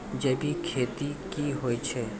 जैविक खेती की होय छै?